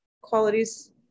qualities